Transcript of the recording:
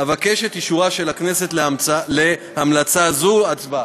אבקש את אישורה של הכנסת להמלצה זו בהצבעה.